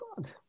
God